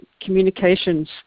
communications